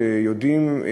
שיודעים,